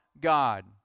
God